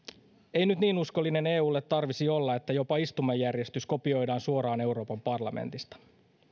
ei nyt niin uskollinen eulle tarvitsisi olla että jopa istumajärjestys kopioidaan suoraan euroopan parlamentista